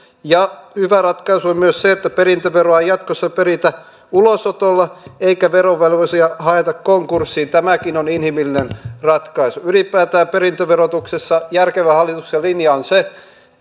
ja hyvä ratkaisu on myös se että perintöveroa ei jatkossa peritä ulosotolla eikä verovelvollisia haeta konkurssiin tämäkin on inhimillinen ratkaisu ylipäätään perintöverotuksessa järkevä hallituksen linja on se